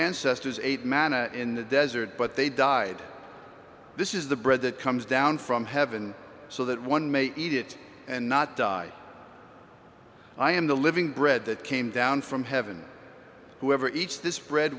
ancestors ate manna in the desert but they died this is the bread that comes down from heaven so that one may eat it and not die i am the living bread that came down from heaven whoever each this bread